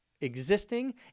existing